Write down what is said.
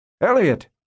Elliot